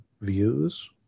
views